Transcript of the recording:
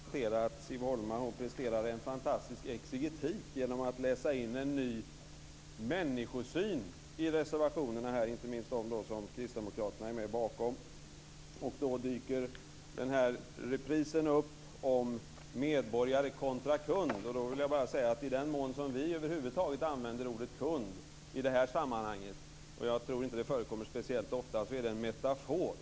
Fru talman! Låt mig bara helt kort konstatera att Siv Holma presterar en fantastisk exegetik genom att läsa in en ny människosyn i reservationerna, inte minst de reservationer som kristdemokraterna står bakom. Då dyker reprisen om medborgare kontra kund upp. Jag vill då bara säga att i den mån som vi över huvud taget använder ordet kund i det här sammanhanget - jag tror inte att det förekommer speciellt ofta - är det en metafor.